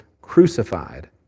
crucified